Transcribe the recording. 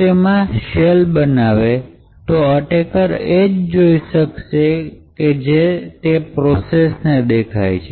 તેમાં શેલ બનાવે તો અટેકેર એ જ જોઈ શકશે જે તે પ્રોસેસને દેખાય છે